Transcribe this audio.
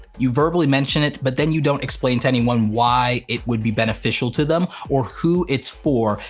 you verbally mention it but then you don't explain to anyone why it would be beneficial to them or who it's for,